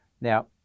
Now